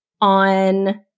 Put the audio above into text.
on